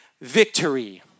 victory